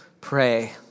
pray